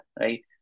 right